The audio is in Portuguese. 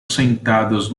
sentadas